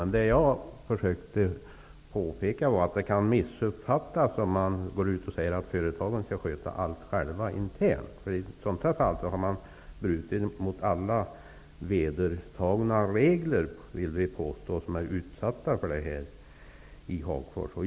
Vad jag försökte påpeka var att det kan missuppfattas om man säger att företagen själva internt skall sköta allting i detta sammanhang. Man har i detta fall, vill vi påstå, i Hagfors brutit mot alla vedertagna regler mot dem som drabbats.